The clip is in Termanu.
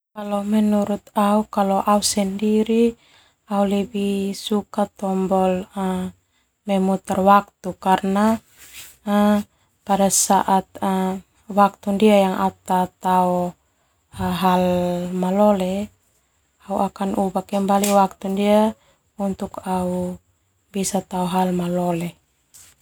Au lebih suka tombol pemutar waktu karna pada saat waktu ndia au tatao hal-hal malole au bisa ubah waktu ndia untuk au bisa tao hal malole.